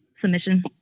submission